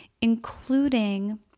including